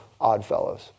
Oddfellows